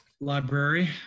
library